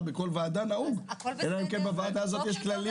לשאול, אלא אם כן בוועדה הזאת יש כללים